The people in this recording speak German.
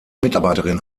mitarbeiterin